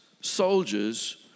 soldiers